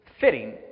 fitting